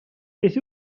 beth